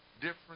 different